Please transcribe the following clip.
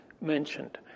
mentioned